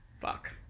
fuck